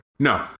No